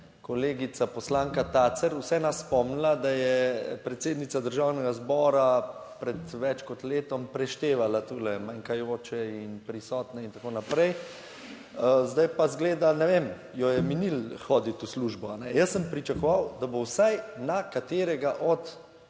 kolegica poslanka Tacer vseeno spomnila, da je predsednica Državnega zbora pred več kot letom preštevala tule manjkajoče in prisotne in tako naprej, zdaj **30. TRAK (VI) 11.25** (nadaljevanje) pa izgleda, ne vem, jo je minilo hoditi v službo. Jaz sem pričakoval, da bo vsaj na katerega od